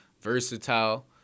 versatile